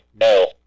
No